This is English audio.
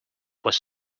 was